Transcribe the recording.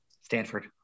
Stanford